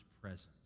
presence